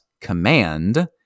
command